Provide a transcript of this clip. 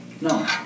No